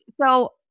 So-